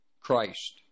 christ